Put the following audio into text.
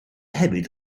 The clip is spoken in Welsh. hefyd